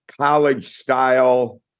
college-style